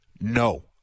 no